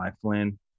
Flynn